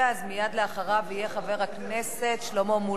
אז מייד אחריו יהיה חבר הכנסת שלמה מולה.